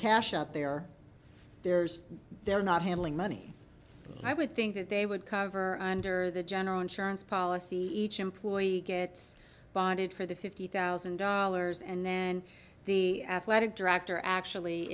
out there there's they're not handling money i would think that they would cover under the general insurance policy each employee gets bonded for the fifty thousand dollars and then the athletic director actually